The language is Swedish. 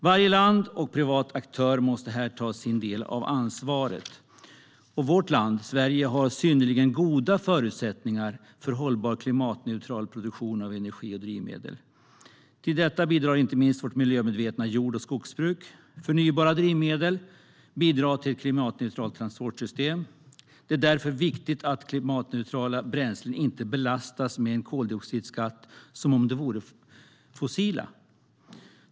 Varje land och privat aktör måste här ta sin del av ansvaret. Vårt land, Sverige, har synnerligen goda förutsättningar för en hållbar och klimatneutral produktion av energi och drivmedel. Till detta bidrar inte minst vårt miljömedvetna jord och skogsbruk. Förnybara drivmedel bidrar till ett klimatneutralt transportsystem. Det är därför viktigt att klimatneutrala bränslen inte belastas med en koldioxidskatt som om de vore fossila.